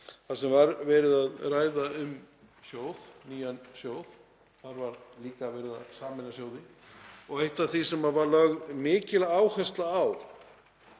þar sem var verið að ræða um nýjan sjóð. Þar var líka verið að sameina sjóði og eitt af því sem var lögð mikil áhersla á